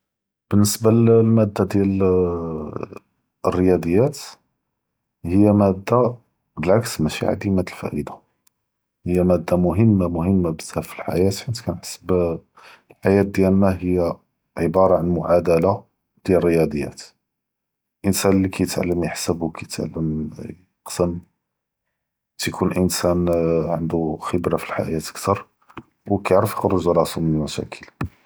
באלניסבה ללמאדה דיאל אלריאצ’יאת היא מאדה בלעכס מאשי עדימה אלפאאידה, היא מאדה מוהימה מוהימה בזאף פלאחיאה, חית כנחס פלאחיאה דיאלנא היא עיבארה ען מועדלה דיאל ריאצ’יאת, לאנסאן אללי כיתעלם יחסב ו כיתעלם יקסם, תיכון אינסאן ענדו חיברה פלאחיאה כת’ר ו כיערף יח’רוג ראסו מן אלמשאכל.